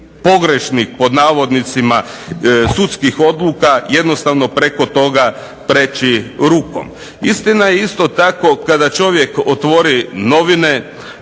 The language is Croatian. pogrešnih "sudskih odluka" jednostavno preko toga prijeći rukom. Istina je isto tako kada čovjek otvori novine,